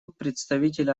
представителя